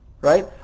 Right